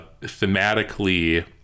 Thematically